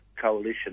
coalition